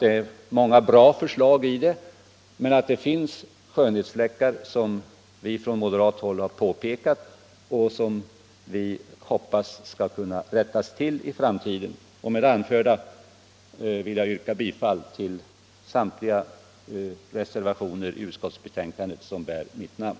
Det är många bra förslag i propositionen, men den har skönhetsfläckar, som vi från moderat håll har påpekat och som vi hoppas skall kunna rättas till i framtiden. Med det anförda yrkar jag bifall till samtliga reservationer vid utskottsbetänkandet som bär mitt namn.